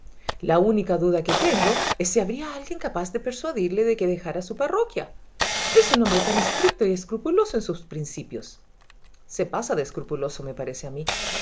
la única duda que fengo es si halbría alguien capaz de persuadirle de que dejara su parroquia es un hombre tan estricto y escrupuloso en sus principios se pasa de escrupuloso me parece a mí